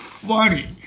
Funny